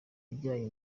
bijyanye